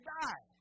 die